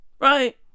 Right